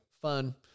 Fun